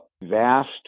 Vast